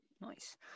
Nice